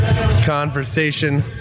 conversation